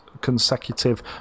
consecutive